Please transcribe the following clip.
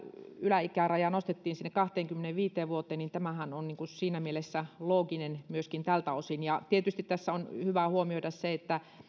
yläikärajaa nostettiin sinne kahteenkymmeneenviiteen vuoteen tämähän on siinä mielessä looginen myöskin tältä osin ja tietysti tässä on hyvä huomioida se että